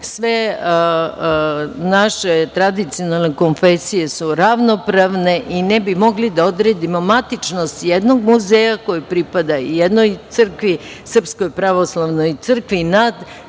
sve naše tradicionalne konfesije su ravnopravne i ne bi mogli da odredimo matičnost jednog muzeja koji pripada jednoj crkvi, Srpskoj pravoslavnoj crkvi, nad